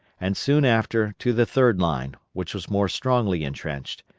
and soon after to the third line, which was more strongly intrenched,